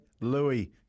Louis